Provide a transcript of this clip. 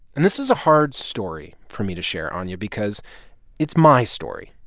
and this is a hard story for me to share, anya, because it's my story.